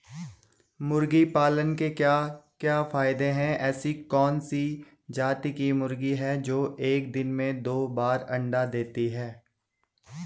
मुर्गी पालन के क्या क्या फायदे हैं ऐसी कौन सी जाती की मुर्गी है जो एक दिन में दो बार अंडा देती है?